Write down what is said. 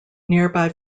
nearby